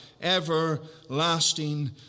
everlasting